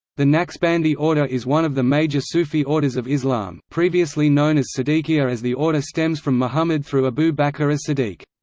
the naqshbandi order is one of the major sufi orders of islam, previously known as siddiqiyya as the order stems from mohammad through abu bakr as-siddiq.